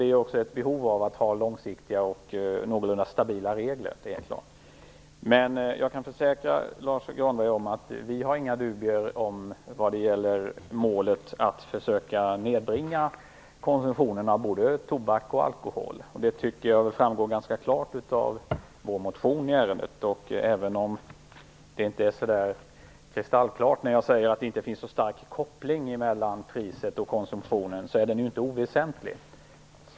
Det finns också ett behov av att ha långsiktiga och någorlunda stabila regler. Jag kan försäkra Lars U Granberg att vi inte har några dubier vad gäller målet att försöka nedbringa konsumtionen av både tobak och alkohol. Det framgår ganska klart av vår motion i ärendet. Även om det inte är kristallklart när jag säger att det inte finns någon stark koppling mellan priset och konsumtionen, är den ju inte oväsentlig.